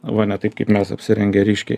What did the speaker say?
va ne taip kaip mes apsirengę ryškiai